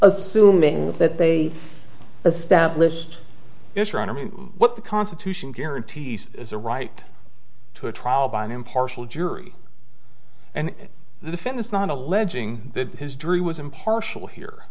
assuming that they established this right i mean what the constitution guarantees is a right to a trial by an impartial jury and the defendant's not alleging that history was impartial here